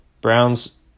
Browns